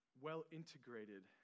well-integrated